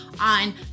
on